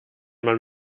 man